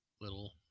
little